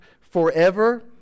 forever